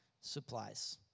supplies